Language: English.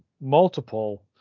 multiple